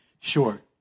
short